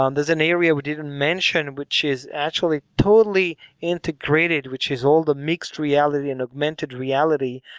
um there's an area we didn't mention which is actually totally integrated, which is all the mixed reality and augmented reality.